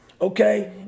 okay